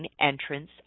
entrance